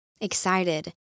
excited